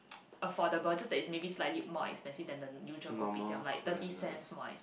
affordable just that is maybe slightly more expensive than the usual kopitiam like thirty cents more